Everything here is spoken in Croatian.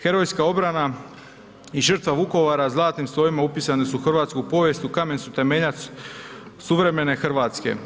Herojska obrana i žrtva Vukovara zlatnim slovima upisani su u hrvatski povijest, kamen su temeljan suvremene Hrvatske.